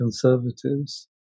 Conservatives